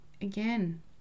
again